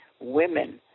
women